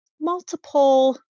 multiple